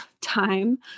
time